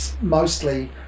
mostly